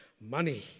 money